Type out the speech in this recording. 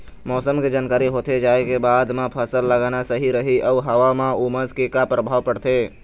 मौसम के जानकारी होथे जाए के बाद मा फसल लगाना सही रही अऊ हवा मा उमस के का परभाव पड़थे?